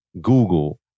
Google